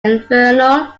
infernal